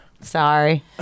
Sorry